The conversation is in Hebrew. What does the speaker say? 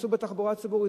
שייסעו בתחבורה הציבורית,